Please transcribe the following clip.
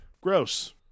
Gross